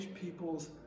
people's